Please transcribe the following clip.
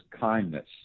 kindness